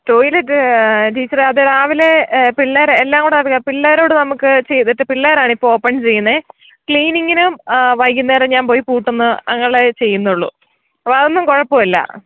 toilet ടീച്ചറെ അത് രാവിലെ പിള്ളേരെ എല്ലാം കൂടെ ആവില്ല പിള്ളേരോട് നമുക്ക് ചെയ്തിട്ട് പിള്ളേരാണ് ഇപ്പോൾ ഓപ്പൺ ചെയ്യുന്നത് ക്ലീനിങ്ങിനും വൈകുന്നേരം ഞാൻ പോയി പൂട്ടുന്ന അങ്ങനെ ഉള്ളതേ ചെയ്യുന്നുള്ളു അപ്പം അതൊന്നും കുഴപ്പം ഇല്ല